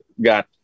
got